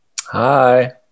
Hi